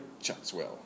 Chatswell